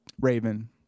raven